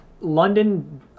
London